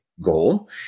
goal